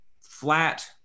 flat